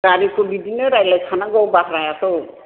गारिखौ बिदिनो रायज्लायखानांगौ भाराखौ